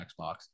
Xbox